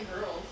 girls